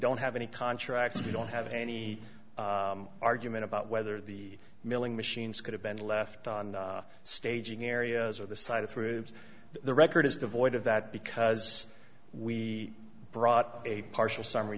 don't have any contracts we don't have any argument about whether the milling machines could have been left on staging areas or the side of troops the record is devoid of that because we brought a partial summary